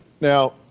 Now